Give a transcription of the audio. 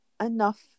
enough